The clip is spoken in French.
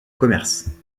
commerce